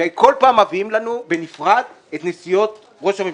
וכל פעם מביאים לנו בנפרד את נסיעות ראש הממשלה.